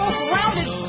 grounded